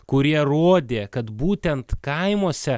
kurie rodė kad būtent kaimuose